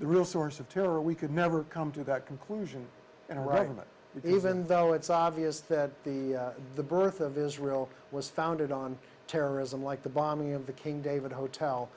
the real source of terror we could never come to that conclusion and reading that even though it's obvious that the the birth of israel was founded on terrorism like the bombing of the king david hotel